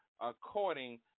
according